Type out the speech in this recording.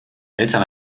eltern